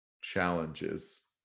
challenges